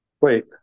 Wait